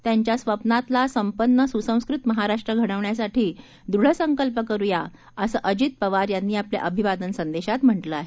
त्यांच्या स्वप्नातला संपन्न सुसंस्कृत महाराष्ट्र घडवण्यासाठी दृढ संकल्प करूया असं अजित पवार यांनी आपल्या अभिवादन संदेशात म्हात्रिं आहे